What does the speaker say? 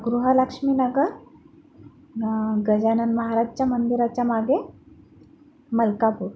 गृहलक्ष्मी नगर गजानन महाराजच्या मंदिराच्या मागे मलकापूर